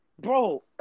Bro